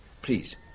Please